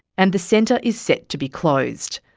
and the centre is set to be closed.